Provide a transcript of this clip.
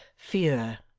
fear,